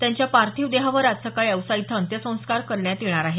त्यांच्या पार्थिव देहावर आज सकाळी औसा इथं अंत्यसंस्कार करण्यात येणार आहेत